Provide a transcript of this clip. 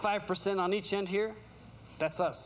five percent on each end here that's u